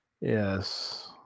Yes